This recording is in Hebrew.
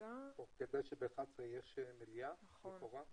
בוקר טוב